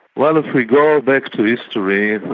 well, if we go back through history,